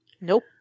Nope